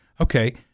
Okay